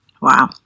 Wow